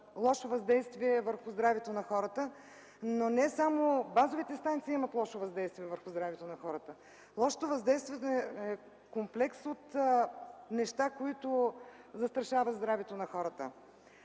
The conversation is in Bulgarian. лошо въздействие върху здравето на хората, но не само базовите станции имат лошо въздействие върху здравето на хората. Лошото въздействие е комплекс от неща, които застрашават здравето на хората.